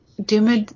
Duma